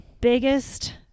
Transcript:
biggest